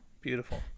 Beautiful